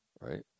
right